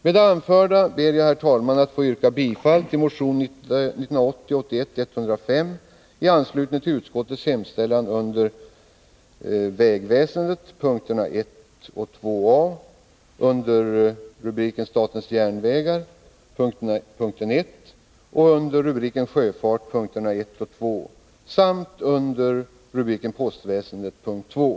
Med det anförda ber jag, herr talman, att få yrka bifall till motion 1980/81:105 i anslutning till utskottets hemställan under rubriken Vägväsendet punkterna 1 och 2 a, under rubriken Statens järnvägar punkt 1 och under rubriken Sjöfart punkterna 1 och 2 samt under rubriken Postväsendet punkt 2.